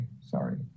sorry